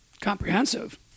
Comprehensive